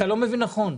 אתה לא מבין נכון.